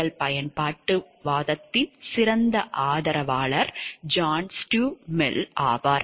செயல் பயன்பாட்டுவாதத்தின் சிறந்த ஆதரவாளர் ஜான் ஸ்டூவர்ட் மில் ஆவார்